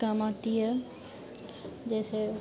काम आती है जैसे